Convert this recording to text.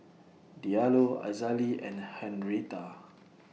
Diallo Azalee and Henretta